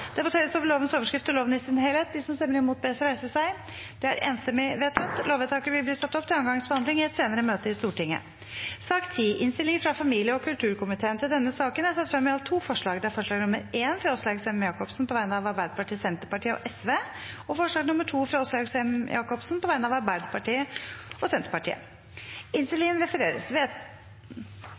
Det voteres over lovens overskrift og loven i sin helhet. Lovvedtaket vil bli ført opp til andre gangs behandling i et senere møte i Stortinget. Under debatten er det satt frem to forslag. Det er forslag nr. 1, fra Åslaug Sem-Jacobsen på vegne av Arbeiderpartiet, Senterpartiet og Sosialistisk Venstreparti forslag nr. 2, fra Åslaug Sem-Jacobsen på vegne av Arbeiderpartiet og Senterpartiet Komiteen hadde innstilt til Stortinget å gjøre følgende Det voteres alternativt mellom innstillingen